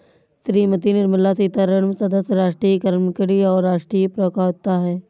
श्रीमती निर्मला सीतारमण सदस्य, राष्ट्रीय कार्यकारिणी और राष्ट्रीय प्रवक्ता हैं